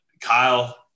Kyle